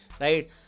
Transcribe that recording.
right